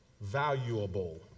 valuable